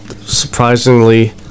surprisingly